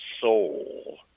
soul